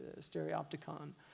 stereopticon